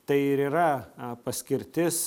tai ir yra paskirtis